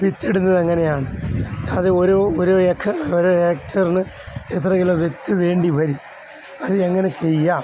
വിത്തിടുന്നത് എങ്ങനെയാണ് അത് ഓരോ ഒരു ഏക്കർ ഒര് എക്ടർന് എത്ര കിലോ വിത്ത് വേണ്ടിവരും അത് എങ്ങനെ ചെയ്യാം